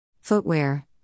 Footwear